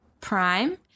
prime